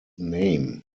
name